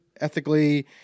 ethically